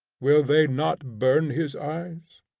will they not burn his eyes?